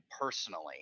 personally